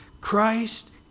Christ